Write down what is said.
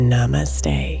Namaste